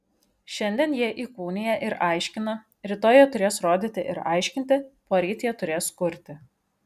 šiandien jie įkūnija ir aiškina rytoj jie turės rodyti ir aiškinti poryt jie turės kurti